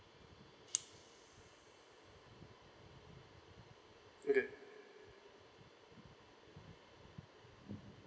okay